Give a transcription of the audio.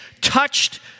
touched